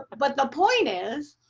but the point is,